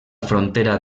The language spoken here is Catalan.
frontera